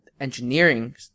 engineering